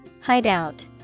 Hideout